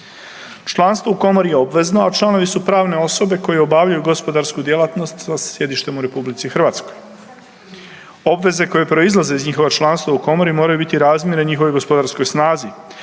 Članstvo u komori je obvezno, a članovi su pravne osobe koje obavljaju gospodarsku djelatnost sa sjedištem u RH. Obveze koje proizlaze iz njihova članstva u komori moraju biti razmjerne njihovoj gospodarskoj snazi